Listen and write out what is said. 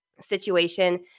situation